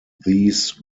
these